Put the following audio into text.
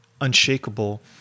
unshakable